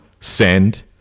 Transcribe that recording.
send